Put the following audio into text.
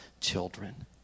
children